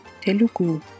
Telugu